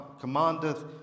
commandeth